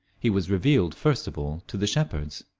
he was revealed first of all to the shepherds.